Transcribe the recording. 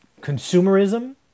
consumerism